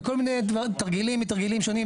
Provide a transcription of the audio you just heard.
וכל מיני תרגילים שונים.